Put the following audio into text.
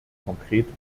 konkrete